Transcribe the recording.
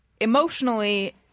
emotionally